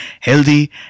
healthy